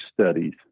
studies